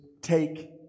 take